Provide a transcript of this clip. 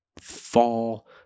fall